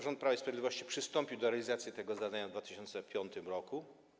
Rząd Prawa i Sprawiedliwości przystąpił do realizacji tego zadania w 2005 r.